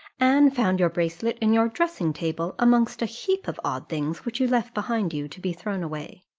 anne found your bracelet in your dressing-table, amongst a heap of odd things, which you left behind you to be thrown away